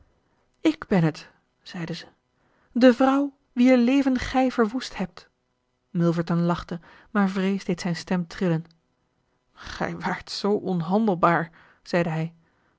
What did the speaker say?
ik ben het zeide ze de vrouw wier leven gij verwoest hebt milverton lachte maar vrees deed zijn stem trillen gij waart zoo onhandelbaar zeide hij